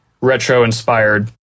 retro-inspired